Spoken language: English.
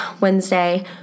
Wednesday